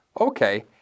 okay